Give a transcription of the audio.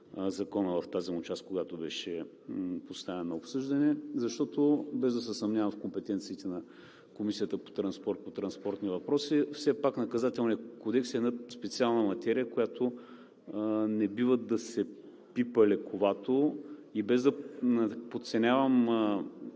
Закона в тази му част, която беше поставена на обсъждане, защото, без да се съмнявам в компетенциите на Комисията по транспорт, все пак Наказателният кодекс е една специална материя, която не бива да се пипа лековато, без да подценявам